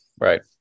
Right